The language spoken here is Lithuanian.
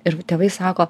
ir v tėvai sako